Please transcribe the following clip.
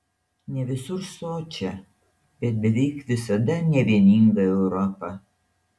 ne visur sočią bet beveik visada nevieningą europą